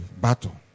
Battle